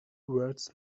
words